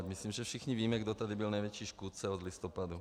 Myslím, že všichni víme, kdo tady byl největší škůdce od listopadu.